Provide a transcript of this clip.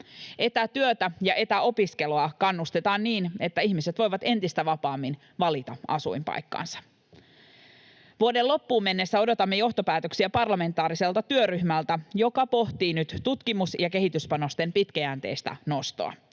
Etätyötä ja etäopiskelua kannustetaan niin, että ihmiset voivat entistä vapaammin valita asuinpaikkansa. Vuoden loppuun mennessä odotamme johtopäätöksiä parlamentaariselta työryhmältä, joka pohtii nyt tutkimus‑ ja kehityspanosten pitkäjänteistä nostoa.